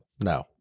No